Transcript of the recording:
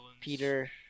Peter